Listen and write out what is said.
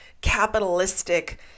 capitalistic